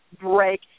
break